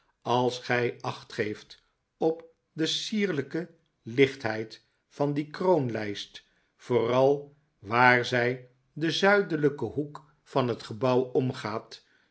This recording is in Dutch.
als gij acht geeft op de sierlijke lichtheid van die kroonlijst vooral waar zij den zuidelijken hoek van het gebouw omgaat